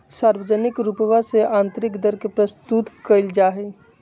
सार्वजनिक रूपवा से आन्तरिक दर के प्रस्तुत कइल जाहई